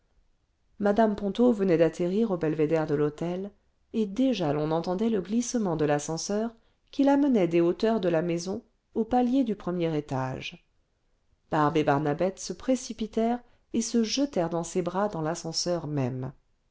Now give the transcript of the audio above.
mmc ponto venait d'atterrir au belvédère de l'hôtel et déjà l'on entendait le glissement de l'ascenseur qui l'amenait des hauteurs de la maison au palier du premier étage barbe et barnabette se précipitèrent et se jetèrent dans ses bras dans l'ascenseur même